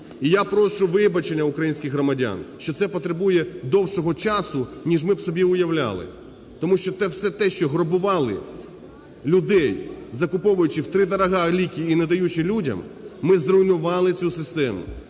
І я прошу вибачення в українських громадян, що це потребує довшого часу, ніж ми б собі уявляли, тому що все те, що грабували людей, закуповуючи втридорога ліки і не даючи людям, ми зруйнували цю систему.